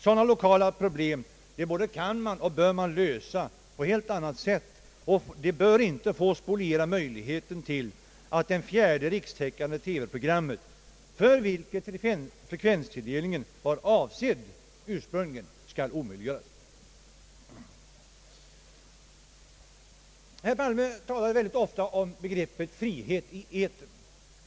Sådana lokala problem både kan och bör man kunna lösa på annat sätt, och det bör inte få spoliera möjligheterna till det fjärde rikstäckande TV-programmet, för vilket frekvenstilldelningen ursprungligen var avsedd. Herr Palme talar ofta om begreppet frihet i etern.